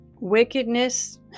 wickedness